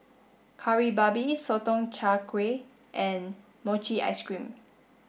Kari Babi Sotong Char Kway and Mochi ice cream